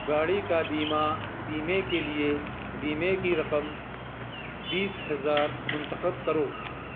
گاڑی کا بیمہ بیمے کے لیے بیمے کی رقم بیس ہزار منتخب کرو